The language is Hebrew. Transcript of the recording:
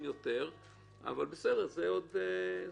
דיברנו גם עם מפקדת משטרת מרחב איילון,